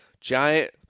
Giant